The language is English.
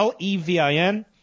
Levin